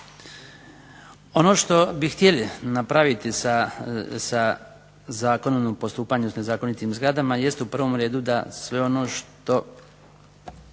Ono što bi htjeli napraviti sa zakonom o postupanju sa nezakonitim zgradama jest u prvom redu da sve ono što